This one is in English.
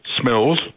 smells